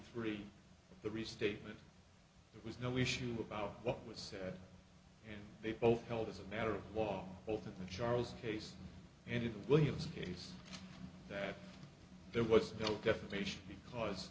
three the restatement that was no issue about what was said and they both held as a matter of law over the charles case and the williams case that there was no defamation because